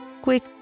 quick